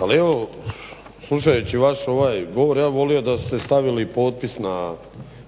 Ali slušajući vaš govor ja bih da ste stavili potpis na